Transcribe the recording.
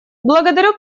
благодарю